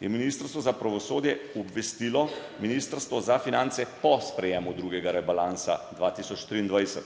je Ministrstvo za pravosodje obvestilo Ministrstvo za finance po sprejemu drugega rebalansa 2023.